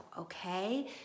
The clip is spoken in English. okay